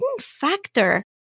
factor